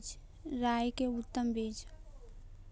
राई के उतम बिज?